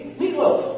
meatloaf